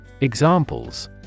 Examples